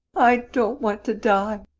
i don't want to die!